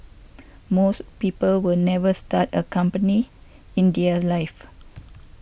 most people will never start a company in their lives